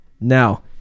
Now